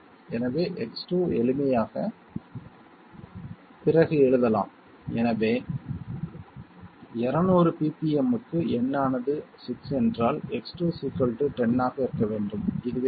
எனவே X 2 எளிமையாக பிறகு எழுதலாம் எனவே 200 ppmக்கு n ஆனது 6 என்றால் X2 10 ஆக இருக்க வேண்டும் இதுவே பதில்